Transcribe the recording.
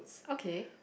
okay